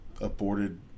aborted